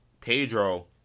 Pedro